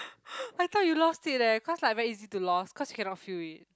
I thought you lost it eh cause like very easy to lost cause you cannot feel it